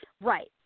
Right